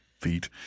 feet